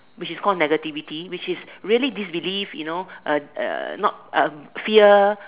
which is called negativity which is really disbelief you know uh uh not uh fear